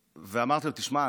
אמרתי לו: תשמע,